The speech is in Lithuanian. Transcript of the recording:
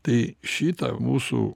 tai šitą mūsų